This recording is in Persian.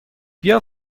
بیا